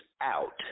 out